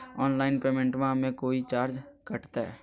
Online पेमेंटबां मे कोइ चार्ज कटते?